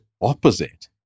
opposite